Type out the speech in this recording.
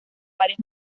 varias